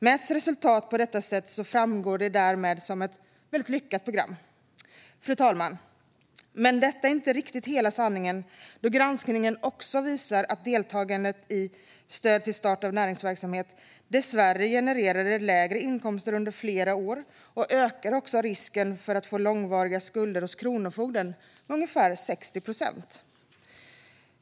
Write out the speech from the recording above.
Mäts resultatet på detta sätt framstår det därmed som ett mycket lyckat program. Fru talman! Men detta är inte riktigt hela sanningen, då granskningen också visar att deltagandet i programmet Stöd till start av näringsverksamhet dessvärre genererade lägre inkomster under flera år och ökade risken för att få långvariga skulder hos Kronofogden med ungefär 60 procent.